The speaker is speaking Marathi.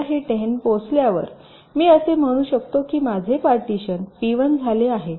एकदा हे 10 पोहोचल्यावर मी असे म्हणू शकतो की माझे पार्टीशन पी1 झाले आहे